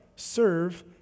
serve